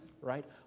right